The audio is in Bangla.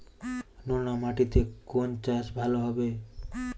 নোনা মাটিতে কোন চাষ ভালো হবে?